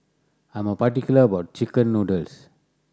I am particular about chicken noodles